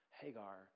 Hagar